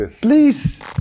Please